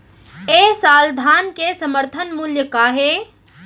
ए साल धान के समर्थन मूल्य का हे?